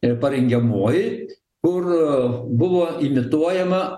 ir parengiamoji kur buvo imituojama